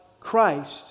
Christ